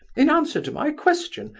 in answer to my question,